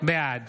בעד